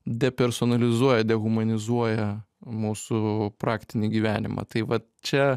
depersonalizuoja dehumanizuoja mūsų praktinį gyvenimą tai vat čia